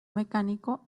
mecánico